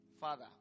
Father